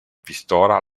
pistola